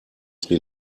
sri